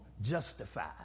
justified